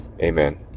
Amen